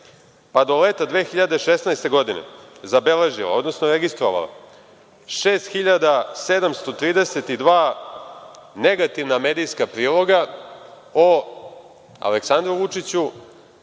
pa do leta 2016. godine, zabeležila, odnosno registrovala 6.732 negativna medijska priloga o Aleksandru Vučiću,